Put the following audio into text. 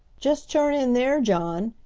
just turn in there, john!